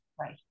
Right